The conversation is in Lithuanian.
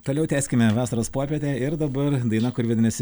toliau tęskime vasaros popietę ir dabar daina kuri vadinasi